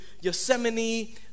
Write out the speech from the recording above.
Yosemite